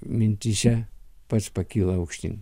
mintyse pats pakyla aukštyn